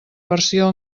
versió